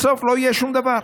בסוף לא יהיה שום דבר.